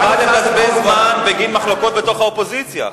חבל לבזבז זמן בגין מחלוקות בתוך האופוזיציה.